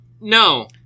No